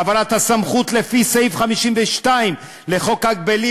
העברת הסמכות לפי סעיף 52 לחוק ההגבלים